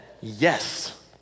yes